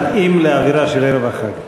מתאים לאווירה של ערב החג.